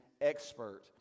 expert